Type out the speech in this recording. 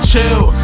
Chill